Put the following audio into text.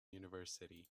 university